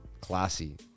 Classy